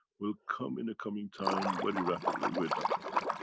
will come in the coming time very rapidly with them.